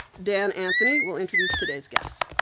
dan anthony, will introduce today's guest.